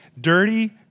dirty